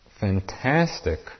fantastic